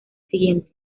siguiente